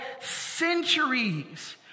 centuries